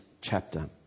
chapter